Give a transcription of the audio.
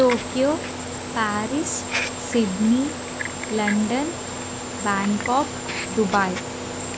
Tokyo Paris Sydney London Bangkok Dubai